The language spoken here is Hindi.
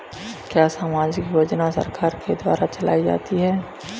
क्या सामाजिक योजना सरकार के द्वारा चलाई जाती है?